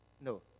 No